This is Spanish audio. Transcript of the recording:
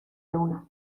luna